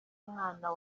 mwana